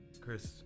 chris